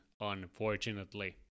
unfortunately